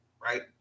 right